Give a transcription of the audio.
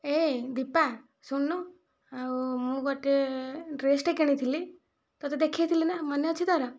ଏ ଦୀପା ଶୁଣିଲୁ ଆଉ ମୁଁ ଗୋଟିଏ ଡ୍ରେସଟେ କିଣିଥିଲି ତୋତେ ଦେଖେଇଥିଲି ନା ମନେ ଅଛି ତୋର